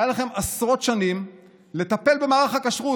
היו לכם עשרות שנים לטפל במערך הכשרות,